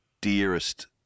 dearest